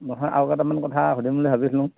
নহয় আৰু কেইটামান কথা সুধিম বুলি ভাবিছিলোঁ